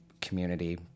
community